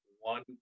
one